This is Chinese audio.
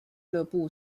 俱乐部